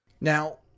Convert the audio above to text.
Now